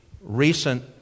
recent